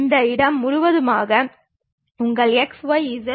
அது நமக்கு முழுமையான தகவல்களை வழங்காது